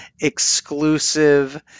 exclusive